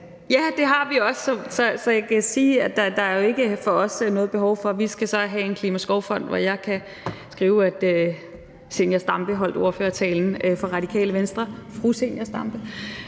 lige at vide. Så jeg kan sige, at der jo ikke for os er noget behov for at få en klimaskovfond, hvor jeg kan skrive, at fru Zenia Stampe holdt ordførertalen for Radikale Venstre. Så det er